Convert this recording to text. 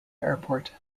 airport